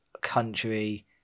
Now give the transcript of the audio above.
country